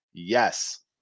Yes